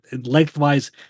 lengthwise